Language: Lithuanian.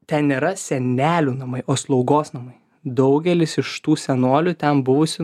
ten nėra senelių namai o slaugos namai daugelis iš tų senolių ten buvusių